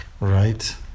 Right